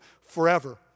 forever